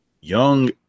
young